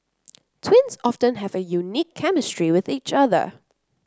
twins often have a unique chemistry with each other